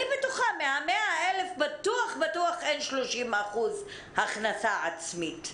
אני בטוחה שמה-100,000 בטוח אין 30% הכנסה עצמית.